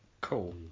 Cool